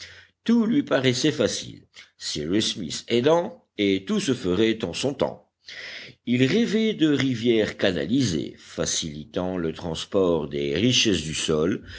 tout lui paraissait facile cyrus smith aidant et tout se ferait en son temps il rêvait de rivières canalisées facilitant le transport des richesses du sol